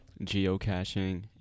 geocaching